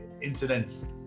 incidents